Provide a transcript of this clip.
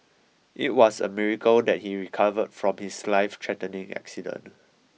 it was a miracle that he recovered from his lifethreatening accident